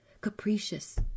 Capricious